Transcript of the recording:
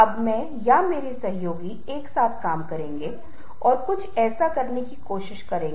तो ये चीजें मदद करती हैं और प्रशंसा अच्छी है